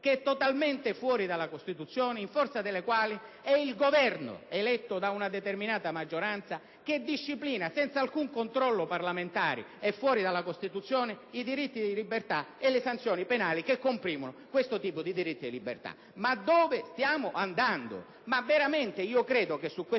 che è totalmente fuori dalla Costituzione, in forza del quale è il Governo, eletto da una determinata maggioranza, che disciplina, senza alcun controllo parlamentare e fuori dalla Costituzione, i diritti di libertà e le sanzioni penali che comprimono questo tipo di diritto di libertà? Ma dove stiamo andando?